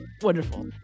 Wonderful